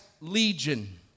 Legion